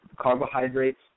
carbohydrates